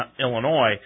Illinois